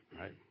right